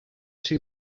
two